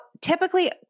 typically